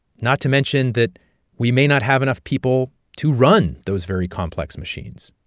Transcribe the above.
not to mention that we may not have enough people to run those very complex machines.